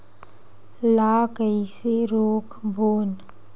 ला कइसे रोक बोन?